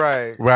Right